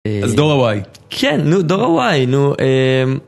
אז דור הווי. כן, נו דור הווי. נו, אהה...